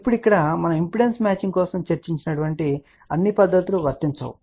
ఇప్పుడు ఇక్కడ మనము ఇంపిడెన్స్ మ్యాచింగ్ కోసం చర్చించిన అన్ని పద్ధతులు వర్తించవు